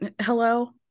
Hello